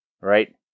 right